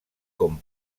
com